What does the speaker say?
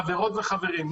חברות וחברים,